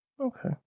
Okay